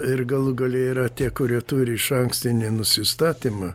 ir galų gale yra tie kurie turi išankstinį nusistatymą